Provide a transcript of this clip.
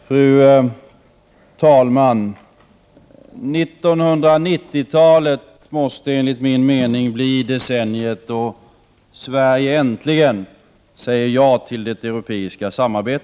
Fru talman! 1990-talet måste, enligt min mening, bli decenniet då Sverige 6 juni 1989 äntligen säger ja till det europeiska samarbetet.